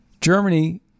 Germany